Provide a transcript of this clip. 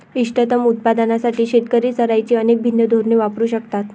इष्टतम उत्पादनासाठी शेतकरी चराईची अनेक भिन्न धोरणे वापरू शकतात